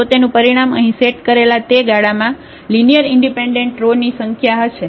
તો તેનું પરિમાણ અહીં સેટ કરેલા તે ગાળામાં લિનિયર ઇન્ડિપેન્ડન્ટ રો ની સંખ્યા હશે